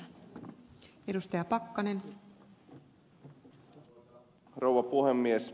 arvoisa rouva puhemies